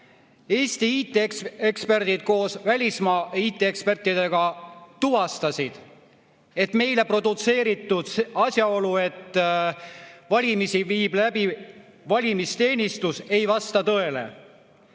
Eesti IT-eksperdid koos välismaa IT-ekspertidega tuvastasid, et meile produtseeritud asjaolu, et valimisi viib läbi valimisteenistus, ei vasta tõele.